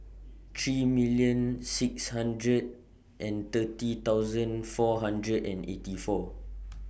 three million six hundred and thirty thousand four hundred and eighty four